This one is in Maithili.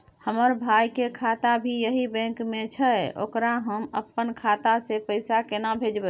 हमर भाई के खाता भी यही बैंक में छै ओकरा हम अपन खाता से पैसा केना भेजबै?